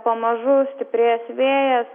pamažu stiprės vėjas